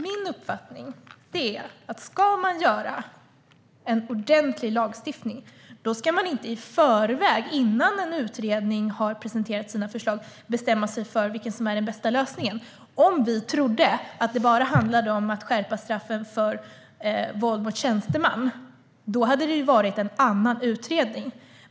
Min uppfattning är att man, om man ska få till stånd en ordentlig lagstiftning, inte i förväg, innan en utredning har presenterat sina förslag, ska bestämma sig för vilken som är den bästa lösningen. Om vi trodde att det bara handlade om att skärpa straffen för våld mot tjänsteman hade det varit en annan utredning.